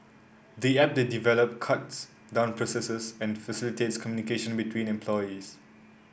the app they developed cuts down processes and facilitates communication between employees